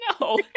No